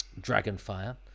Dragonfire